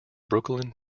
brooklyn